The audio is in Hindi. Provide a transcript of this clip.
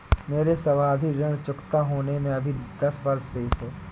मेरे सावधि ऋण चुकता होने में अभी दस वर्ष शेष है